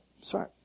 Sorry